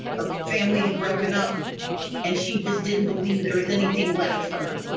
her family had broken up and she just didn't believe there was anything left for her.